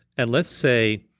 and let's say,